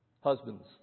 Husbands